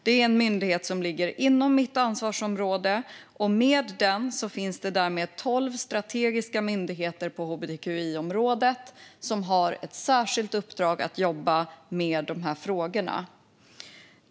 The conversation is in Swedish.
Det är en myndighet som ligger inom mitt ansvarsområde, och med den finns det därmed tolv strategiska myndigheter på hbtqi-området som har ett särskilt uppdrag att jobba med dessa frågor.